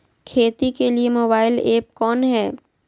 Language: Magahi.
खेती के लिए मोबाइल ऐप कौन है?